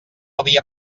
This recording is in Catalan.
havia